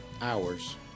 hours